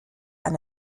and